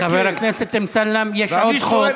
חבר הכנסת אמסלם, יש עוד חוק.